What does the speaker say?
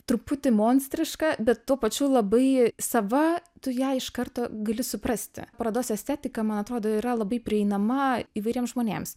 truputį monstriška bet tuo pačiu labai sava tu ją iš karto gali suprasti parodos estetika man atrodo yra labai prieinama įvairiems žmonėms